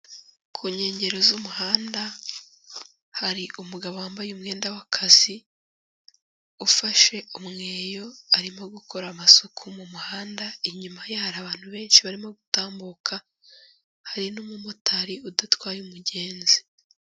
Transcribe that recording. Ku nkengero z'umuhanda, hari umugabo wambaye umwenda w'akazi, ufashe umweyo arimo gukora amasuku mu muhanda, inyuma ye hari abantu benshi barimo gutambuka, hari n'umumotari udatwaye umugenzi.